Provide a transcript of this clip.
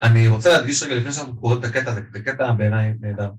אני רוצה להדגיש רגע לפני שאנחנו קוראים את הקטע הזה, זה קטע בעיניי נהדר.